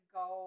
go